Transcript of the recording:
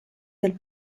del